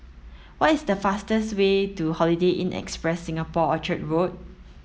what is the fastest way to Holiday Inn Express Singapore Orchard Road